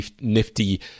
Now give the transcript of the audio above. nifty